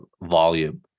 volume